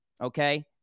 Okay